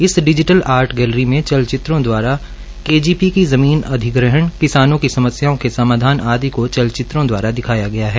इस digital art gallery में चलचित्रों द्वारा के जी पी की जमीन अधिग्रहण किसानों की समस्याओं के समाधान आदि को चलचित्रों द्वारा दिखाया गया है